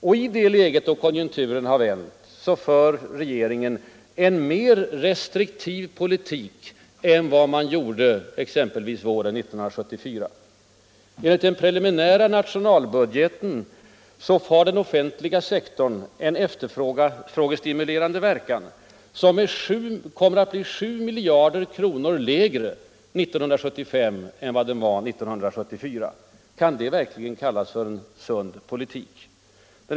Och i det läge då konjunkturen vänt vill regeringen föra en mera restriktiv politik än vad man gjorde exempelvis våren 1974. Enligt den preliminära nationalbudgeten så har den offentliga sektorn en efterfrågestimulerande verkan som kommer att bli 7 miljarder kronor lägre 1975 än den var 1974. Kan det verkligen kallas för en sund politik?